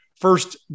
first